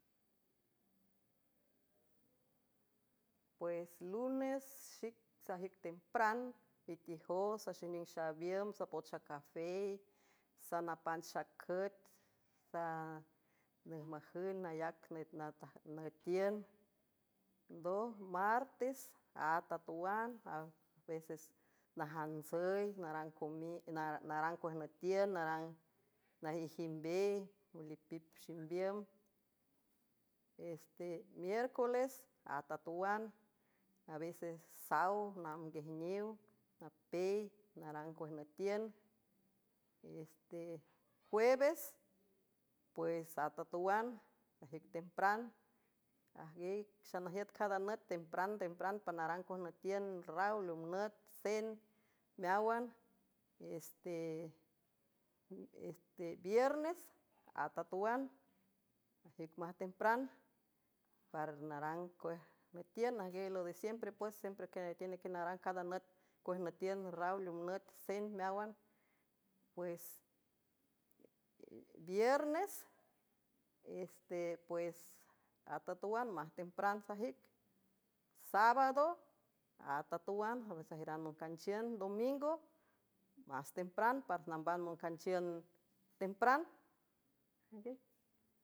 Pues lunes xic sajüic tempran itijow saxening xabiüm sapotxa caféy sanapan xacüet sanüjmajünd nayac nüetiün ndo martes a tatwan aveces najantsüy narang cuejnütiün rang najüijimvbey elipip ximbiümb este miércules atatwan aveces saw namb nguiejniw napely narang cuejnütiün este juebes pues atatwan sajüic tempran i xanajiüt cada nüt tempran tempran panarang cuejnütiün rawleümnüt cen meáwan este biernes atatwan ajic mas tempran parnarang cuejnütiün ajguiaylo de siempre pues siempre quienetiüneqe narang cada nüt cuejnütiün raw leümnüt cen meáwan pues biernes sepues atatawan májtempran sajic sábado a tatawan aves ajiüran moncanchiün domingo más tempran parnamban moncanchiün tempran.